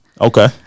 Okay